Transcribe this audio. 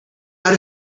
out